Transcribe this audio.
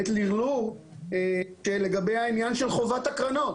הלרלור לגבי העניין של חובת הקרנות.